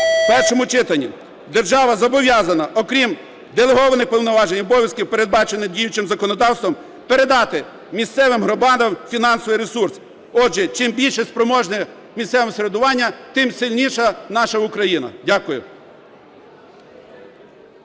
в першому читанні. Держава зобов'язана, окрім делегованих повноважень і обов'язків, передбачених діючим законодавством, передати місцевим громадам фінансовий ресурс. Отже, чим більш спроможне місцеве самоврядування, тим сильніша наша Україна. Дякую.